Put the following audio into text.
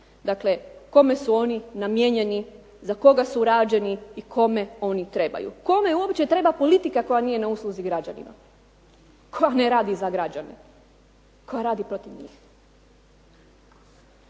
Dakle, kome su oni namijenjeni, za koga su rađeni i kome oni trebaju? Kome uopće treba politika koja nije na usluzi građanima, koja ne radi za građane, koja radi protiv njih?